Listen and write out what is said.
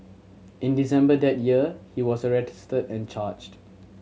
in December that year he was and charged